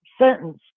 sentence